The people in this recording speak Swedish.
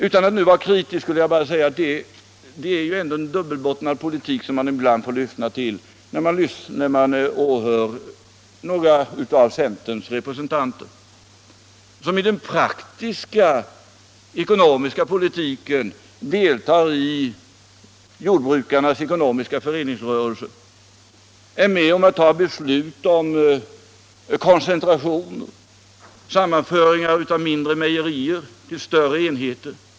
Utan att nu vara kritisk skulle jag bara vilja säga att det ju ändå är en dubbelbottnad förkunnelse som man ibland får höra när man lyssnar till några av centerns representanter, som i den praktiska ekonomiska politiken deltar i jordbrukarnas ekonomiska föreningsrörelse, är med om att ta beslut om koncentrationer, sammanföringar av mindre mejerier till större enheter.